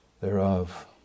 thereof